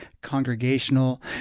congregational